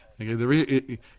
Okay